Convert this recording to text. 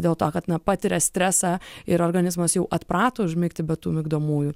dėl to kad na patiria stresą ir organizmas jau atprato užmigti be tų migdomųjų